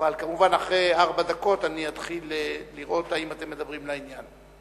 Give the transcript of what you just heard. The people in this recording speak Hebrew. אבל כמובן אחרי ארבע דקות אני אתחיל לראות האם אתם מדברים לעניין.